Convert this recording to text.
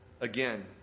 again